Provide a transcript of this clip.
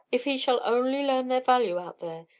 if he shall only learn their value out there,